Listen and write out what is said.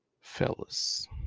Fellas